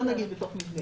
לא נגיד "בתוך מבנה".